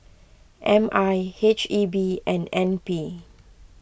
M I H E B and N P